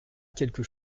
quelque